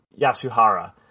Yasuhara